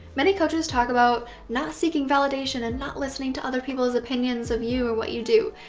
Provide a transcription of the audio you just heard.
many coaches talk about not seeking validation and not listening to other people's opinions of you or what you do,